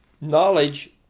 knowledge